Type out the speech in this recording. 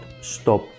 stop